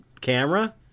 camera